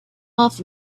off